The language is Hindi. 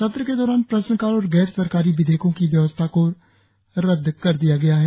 सत्र के दौरान प्रश्नकाल और गैर सरकारी विधेयकों की व्यवस्था को रद्द कर दिया गया है